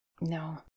No